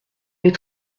les